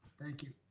thank you.